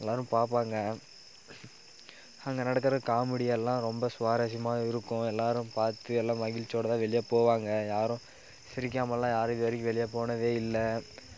எல்லாரும் பார்ப்பாங்க அங்கே நடக்கிற காமெடி எல்லாம் ரொம்ப சுவாரஸ்யமாக இருக்கும் எல்லாரும் பார்த்து எல்லா மகிழ்ச்சியோட தான் வெளியே போவாங்க யாரும் சிரிக்காம்மலான் யாரும் இது வரைக்கும் வெளிய போனதே இல்லை